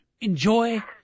Enjoy